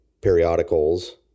periodicals